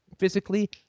physically